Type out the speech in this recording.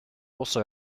also